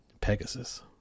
Pegasus